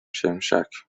شمشک